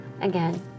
Again